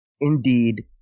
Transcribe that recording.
indeed